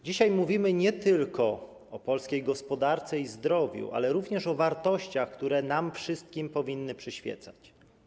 Dzisiaj mówimy nie tylko o polskiej gospodarce i zdrowiu, ale również o wartościach, które nam wszystkim powinny przyświecać.